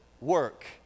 work